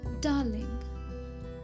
Darling